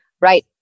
Right